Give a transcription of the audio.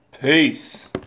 Peace